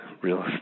Real